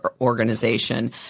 organization